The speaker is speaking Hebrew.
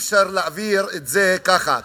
אי-אפשר להעביר את זה ככה.